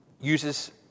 uses